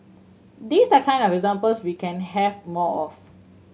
these are kind of examples we can have more of